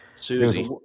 Susie